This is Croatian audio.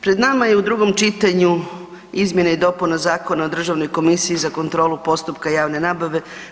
Pred nama je u drugom čitanju izmjene i dopune Zakona o državnoj komisiji za kontrolu postupka javne nabave.